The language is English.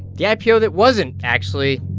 yeah ipo that wasn't, actually.